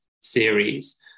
series